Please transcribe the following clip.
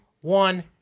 one